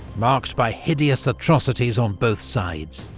marked by hideous atrocities on both sides.